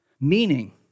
Meaning